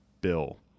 bill